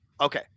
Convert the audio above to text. Okay